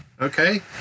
okay